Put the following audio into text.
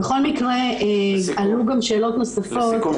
בכל מקרה עלו גם שאלות נוספות,